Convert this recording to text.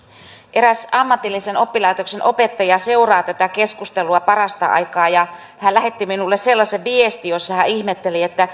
eräs ammatillisen oppilaitoksen opettaja seuraa tätä keskustelua parasta aikaa ja hän lähetti minulle sellaisen viestin jossa hän ihmetteli